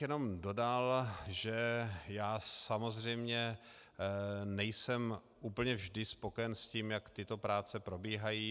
Jenom bych dodal, že já samozřejmě nejsem úplně vždy spokojen s tím, jak tyto práce probíhají.